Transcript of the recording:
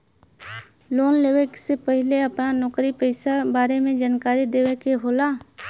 Loan लेवे से पहिले अपना नौकरी पेसा के बारे मे जानकारी देवे के होला?